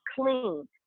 clean